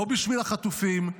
לא בשביל החטופים,